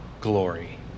glory